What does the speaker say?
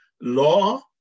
law